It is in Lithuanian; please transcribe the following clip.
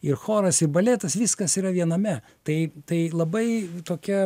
ir choras ir baletas viskas yra viename tai tai labai tokia